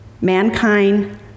mankind